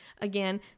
Again